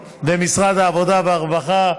במשרד העבודה והרווחה,